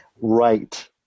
right